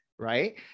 right